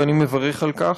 ואני מברך על כך.